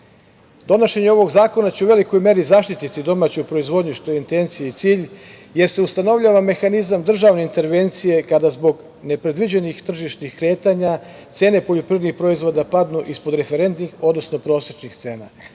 Donošenje ovog zakona će u velikoj meri zaštiti domaću proizvodnju, što je intencija i cilj, jer se ustanovljava mehanizam državne intervencije kada zbog nepredviđenih tržišnih kretanja cene poljoprivrednih proizvoda padnu ispod referentnih, odnosno prosečnih cena.